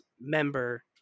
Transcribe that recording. member